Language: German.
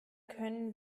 können